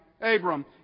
Abram